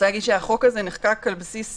החוק הזה נחקק על בסיס